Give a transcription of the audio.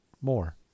more